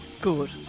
good